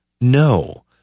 no